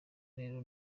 rero